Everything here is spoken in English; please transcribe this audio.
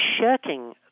shirking